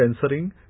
censoring